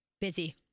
Busy